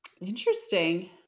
interesting